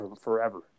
forever